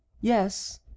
yes